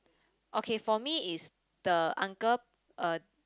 okay for me is the uncle uh